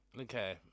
Okay